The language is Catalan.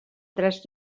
tres